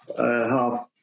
half